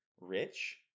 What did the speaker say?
rich